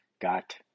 got